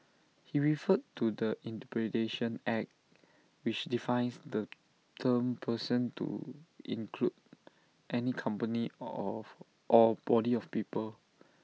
he referred to the interpretation act which defines the term person to include any company of or body of people